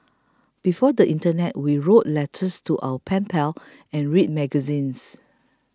before the internet we wrote letters to our pen pals and read magazines